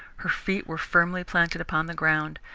her feet were firmly planted upon the ground.